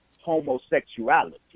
homosexuality